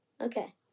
Okay